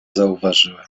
zauważyłem